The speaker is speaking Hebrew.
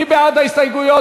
מי בעד ההסתייגויות?